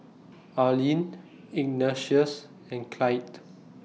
Arlene Ignatius and Clytie